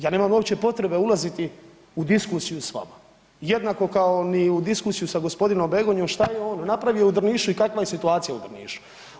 Ja nemam uopće potrebe ulaziti u diskusiju s vama jednako kao ni u diskusiju sa gospodinom Begonjom šta je on napravio u Drnišu i kakva je situacija u Drnišu.